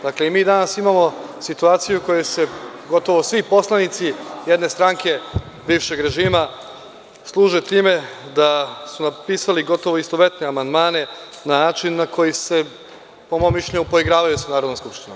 Danas imamo situaciju u kojoj se gotovo svi poslanici jedne stranke bivšeg režima služe time da su napisali gotovo istovetne amandmane na način gde se, po mom mišljenju, poigravaju sa Narodnom skupštinom.